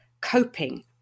coping